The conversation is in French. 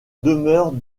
demeure